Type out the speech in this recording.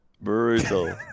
brutal